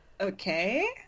Okay